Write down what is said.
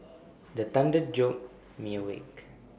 the thunder jolt me awake